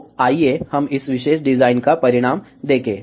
तो आइए हम इस विशेष डिज़ाइन का परिणाम देखें